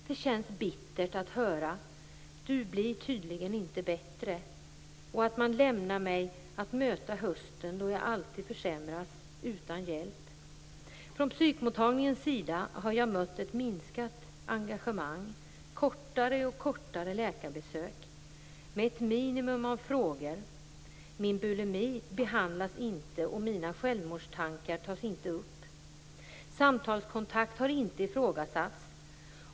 Det känns bittert att höra: 'Du blir tydligen inte bättre.' Man lämnar mig att möta hösten, då jag alltid försämras, utan hjälp. Från psykmottagningens sida har jag mött ett minskat engagemang, kortare och kortare läkarbesök med ett minimum av frågor. Min bulimi behandlas inte, och mina självmordstankar tas inte upp. Samtalskontakt har inte ifrågasatts.